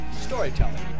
storytelling